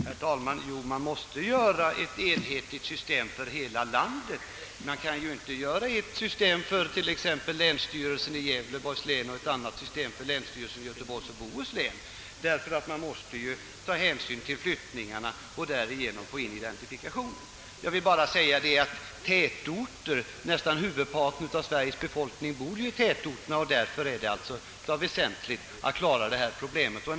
Herr talman! Det är nödvändigt att skapa ett enhetligt system för hela landet — man kan ju inte göra ett system för t.ex. länsstyrelsen i Gävleborgs län och ett annat system för länsstyrelsen i Göteborgs och Bohus län. Man måste ta hänsyn till flyttningarna och därigenom få in identifikationen. Huvudparten av Sveriges befolkning bor i tätorter, och därför är det också väsentligt att problemet löses.